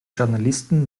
journalisten